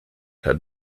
had